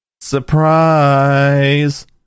Surprise